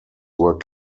were